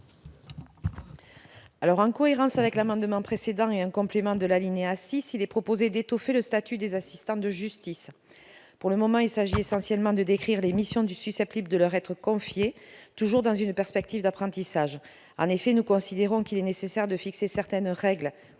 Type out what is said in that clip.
En cohérence avec l'amendement précédent, il est proposé d'étoffer le statut des assistants de justice. Pour le moment, il s'agit essentiellement de décrire les missions susceptibles de leur être confiées, toujours dans une perspective d'apprentissage. En effet, nous considérons qu'il est nécessaire de fixer certaines règles